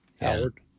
Howard